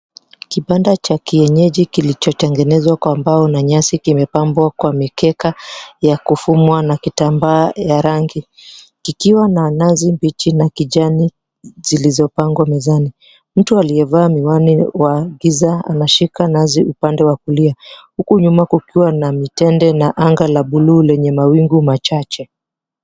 Kibanda cha kiyenyeji kilichotengenezwa kwa mbao na nyasi kimepambwa kwa mikeka ya kufumwa na kitambaa ya rangi. Kikiwa na nazi mbichi na kijani zilizopangwa mezani. Mtu aliyevaa miwani wa giza anashika nazi upande wa kulia. Huku nyuma kukiwa na mitende na anga la buluu lenye mawingu machache.